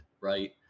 right